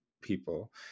people